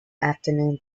afternoon